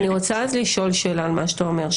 אני רוצה אז לשאול שאלה על מה שאתה אומר.